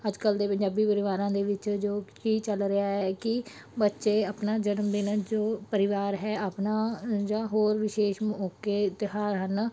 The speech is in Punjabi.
ਅੱਜ ਕੱਲ੍ਹ ਦੇ ਪੰਜਾਬੀ ਪਰਿਵਾਰਾਂ ਦੇ ਵਿੱਚ ਜੋ ਕਿ ਚੱਲ ਰਿਹਾ ਹੈ ਕਿ ਬੱਚੇ ਆਪਣਾ ਜਨਮ ਦਿਨ ਜੋ ਪਰਿਵਾਰ ਹੈ ਆਪਣਾ ਜਾਂ ਹੋਰ ਵਿਸ਼ੇਸ਼ ਮੌਕੇ ਤਿਉਹਾਰ ਹਨ